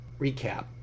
recap